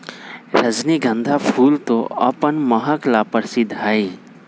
रजनीगंधा फूल तो अपन महक ला प्रसिद्ध हई